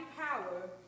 power